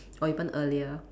or even earlier